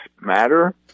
Matter